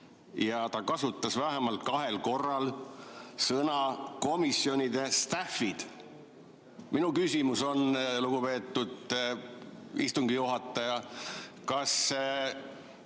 et ta kasutas vähemalt kahel korral sõnu "komisjonidestaff'id". Minu küsimus on, lugupeetud istungi juhataja: kas